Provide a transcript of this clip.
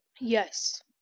Yes